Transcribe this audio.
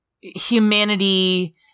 humanity